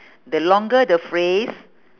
the longer the phrase